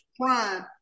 Prime